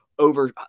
over